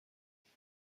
شوخی